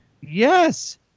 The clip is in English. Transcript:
Yes